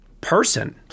person